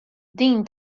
din